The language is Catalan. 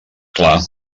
clar